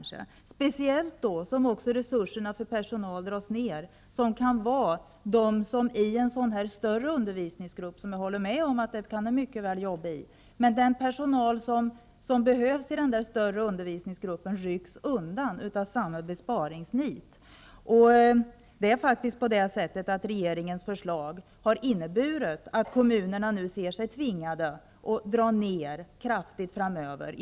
Speciellt blir det problem för en större undervisningsgrupp -- som jag i och för sig håller med om att man mycket väl kan arbeta med -- om den personal som behövs rycks undan av samma besparingsnit. Regeringens förslag har faktiskt inneburit att kommunerna nu ser sig tvingade till att framöver kraftigt dra ned på kostnaderna.